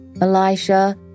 Elisha